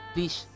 Please